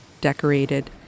decorated